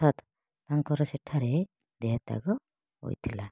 ଅର୍ଥାତ୍ ତାଙ୍କର ସେଠାରେ ଦେହତ୍ୟାଗ ହୋଇଥିଲା